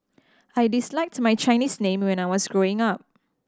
I disliked my Chinese name when I was growing up